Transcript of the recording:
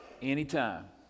Anytime